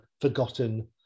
forgotten